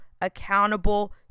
accountable